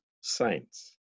saints